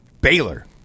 Baylor